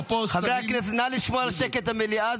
חברי הכנסת, נא לשמור על השקט במליאה.